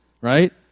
right